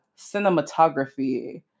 cinematography